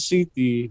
City